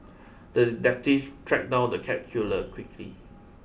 the detective tracked down the cat killer quickly